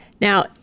Now